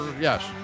Yes